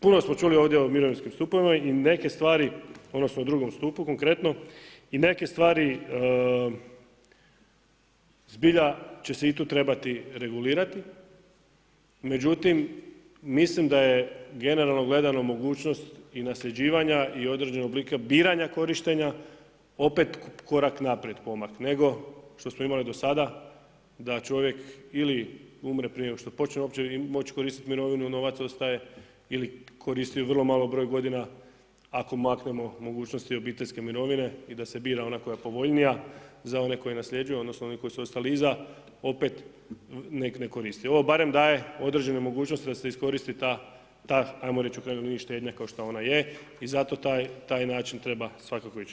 Puno smo čuli ovdje o mirovinskim stupovima odnosno o drugom stupu konkretno i neke stvari zbilja će se i tu trebati regulirati, međutim mislim da je generalno gledano mogućnost i nasljeđivanja i određenog oblika biranja korištenja opet korak naprijed pomak nego što smo imali do sada da čovjek ili umre prije nego što počne uopće moći koristiti mirovinu, novac ostaje ili koristi ju vrlo mali broj godina ako maknemo mogućnost i obiteljske mirovine i da se bira ona koja je povoljnija za one koji nasljeđuju, odnosno oni koji su ostali iza opet nek … Ovo barem daje određene mogućnosti da se iskoristi ta, ta ajmo reći u krajnjoj liniji štednja kao što ona je i zato taj način treba svakako ići.